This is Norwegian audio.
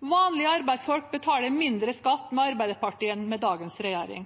Vanlige arbeidsfolk betaler mindre skatt med Arbeiderpartiet enn med dagens regjering.